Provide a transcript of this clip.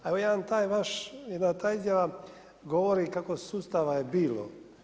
Evo jedan taj vaš, jedna ta izjava govori kako sustava je bilo.